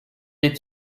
est